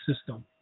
system